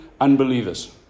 unbelievers